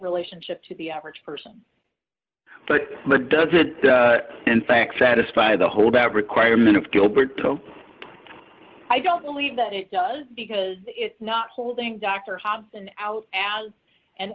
relationship to the average person but does it in fact satisfy the whole that requirement of gilberto i don't believe that it does because it's not holding dr hobson out as an